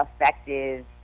effective